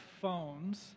phones